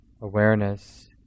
awareness